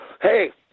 Hey